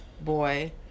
boy